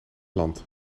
land